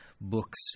books